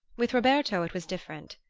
with roberto it was different.